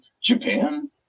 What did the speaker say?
Japan